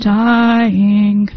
dying